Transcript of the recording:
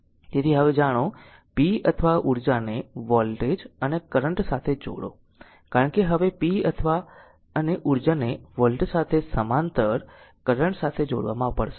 હવે જાણો p અથવા ઉર્જાને વોલ્ટેજ અને કરંટ સાથે જોડો કારણ કે હવે p અથવા અને ઉર્જાને વોલ્ટેજ સાથે સમાંતર ll કરંટ સાથે જોડવા પડશે